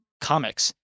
comics